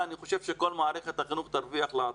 אני חושב שכל מערכת החינוך תרוויח בעתיד.